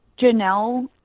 Janelle